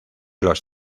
los